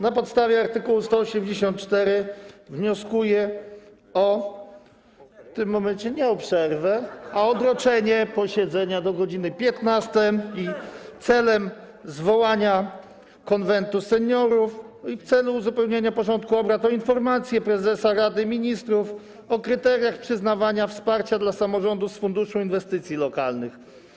Na podstawie art. 184 wnioskuję w tym momencie nie o przerwę, ale o odroczenie posiedzenia do godz. 15 [[Wesołość na sali]] w celu zwołania Konwentu Seniorów i w celu uzupełnienia porządku obrad o informację prezesa Rady Ministrów o kryteriach przyznawania wsparcia dla samorządów z funduszu inwestycji lokalnych.